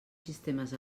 sistemes